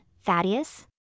Thaddeus